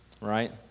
Right